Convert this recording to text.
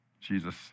Jesus